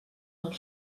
del